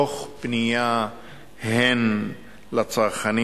תוך פנייה הן לצרכנים,